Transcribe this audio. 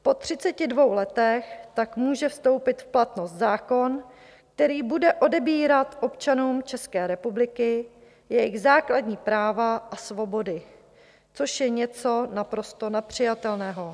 Po 32 letech tak může vstoupit v platnost zákon, který bude odebírat občanům České republiky jejich základní práva a svobody, což je něco naprosto nepřijatelného.